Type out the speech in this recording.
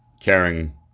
caring